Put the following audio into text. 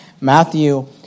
Matthew